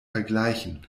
vergleichen